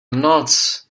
noc